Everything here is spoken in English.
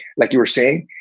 like you were saying,